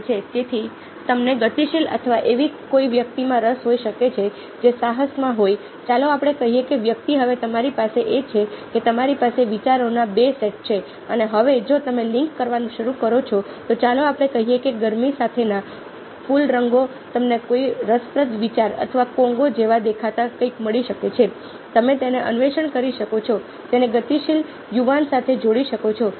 તેથી તમને ગતિશીલ અથવા એવી કોઈ વ્યક્તિમાં રસ હોઈ શકે જે સાહસમાં હોય ચાલો આપણે કહીએ કે વ્યક્તિ હવે તમારી પાસે એ છે કે તમારી પાસે વિચારોના બે સેટ છે અને હવે જો તમે લિંક કરવાનું શરૂ કરો છો તો ચાલો આપણે કહીએ કે ગરમી સાથેના કૂલ રંગો તમને કોઈ રસપ્રદ વિચાર અથવા કોંગો જેવો દેખાતો કંઈક મળી શકે છે તમે તેને અન્વેષણ કરી શકો છો તેને ગતિશીલ યુવાન સાથે જોડી શકો છો